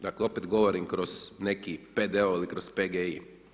Dakle, opet govorim kroz neki P.D ili kroz PGI.